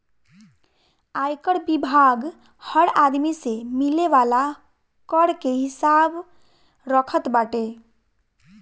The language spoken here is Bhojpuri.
आयकर विभाग हर आदमी से मिले वाला कर के हिसाब रखत बाटे